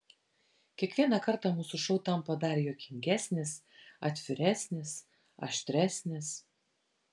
kiekvieną kartą mūsų šou tampa dar juokingesnis atviresnis aštresnis